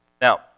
Now